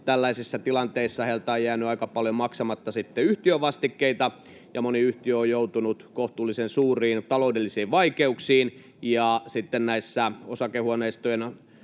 Tällaisissa tilanteissa heiltä on sitten jäänyt aika paljon maksamatta yhtiövastikkeita, ja moni yhtiö on joutunut kohtuullisen suuriin taloudellisiin vaikeuksiin. Tässä osakehuoneistojen